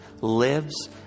lives